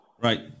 Right